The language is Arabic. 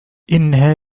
إنها